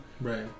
Right